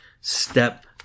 step